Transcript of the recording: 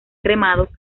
cremados